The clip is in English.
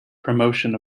promotion